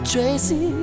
Tracy